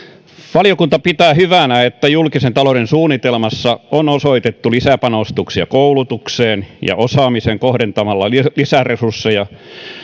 valiokunta pitää hyvänä että julkisen talouden suunnitelmassa on osoitettu lisäpanostuksia koulutukseen ja osaamiseen kohdentamalla lisäresursseja